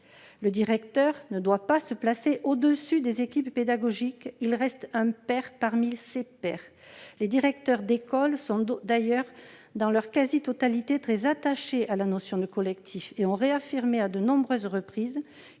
Le directeur ne doit pas se placer au-dessus de l'équipe pédagogique ; il reste « un pair parmi ses pairs ». Les directeurs d'école sont d'ailleurs, dans leur quasi-totalité, très attachés à la notion de collectif et ont affirmé, à de nombreuses reprises,